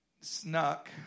snuck